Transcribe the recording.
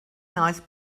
nice